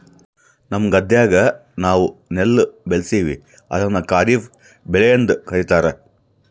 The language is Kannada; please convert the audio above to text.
ನಮ್ಮ ಗದ್ದೆಗ ನಾವು ನೆಲ್ಲು ಬೆಳೀತೀವಿ, ಅದನ್ನು ಖಾರಿಫ್ ಬೆಳೆಯೆಂದು ಕರಿತಾರಾ